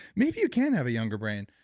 maybe you can have a younger brain.